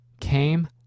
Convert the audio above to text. came